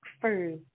first